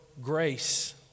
grace